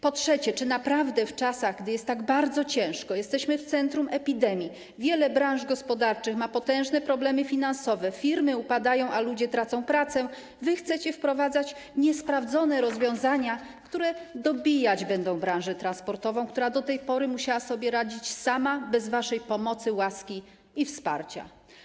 Po trzecie, czy naprawdę w czasach, gdy jest tak bardzo ciężko, jesteśmy w centrum epidemii, wiele branż gospodarczych ma potężne problemy finansowe, firmy upadają, a ludzie tracą pracę, wy chcecie wprowadzać rozwiązania niesprawdzone, dobijające branżę transportową, która do tej pory musiała sobie radzić sama, bez waszej pomocy, łaski i wsparcia?